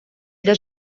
для